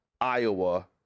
Iowa